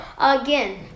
Again